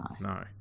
No